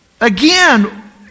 again